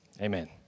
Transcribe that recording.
Amen